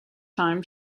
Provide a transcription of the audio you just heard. time